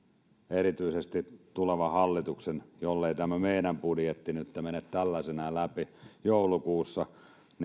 erityisesti tulevan hallituksen jollei tämä meidän budjettimme nytten mene tällaisena läpi joulukuussa